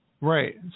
Right